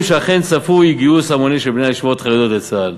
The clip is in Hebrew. שאכן צפוי גיוס המוני של בני הישיבות החרדיות לצה"ל".